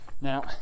Now